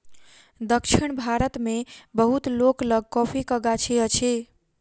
दक्षिण भारत मे बहुत लोक लग कॉफ़ीक गाछी अछि